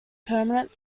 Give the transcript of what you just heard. permanent